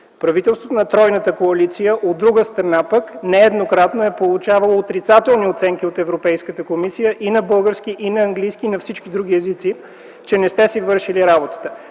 Правителството на тройната коалиция, от друга страна, нееднократно е получавало отрицателни оценки от Европейската комисия – и на български, и на английски, и на всички други езици, че не сте си вършили работата.